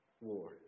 war